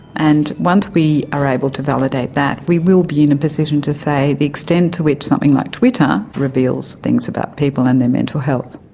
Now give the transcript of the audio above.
and once we are able to validate that we will be in a position to say the extent to which something like twitter reveals things about people and their mental health.